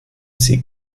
sie